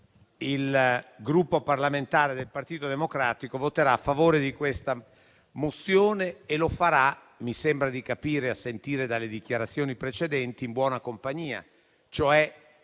il Gruppo parlamentare Partito Democratico voterà a favore di questa risoluzione e lo farà - mi sembra di capire, a sentire le dichiarazioni precedenti - in buona compagnia,